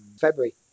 February